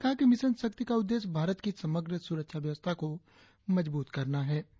उन्होंने कहा कि मिशन शक्ति का उद्देश्य भारत की समग्र सुरक्षा व्यवस्था को मजबूत करना है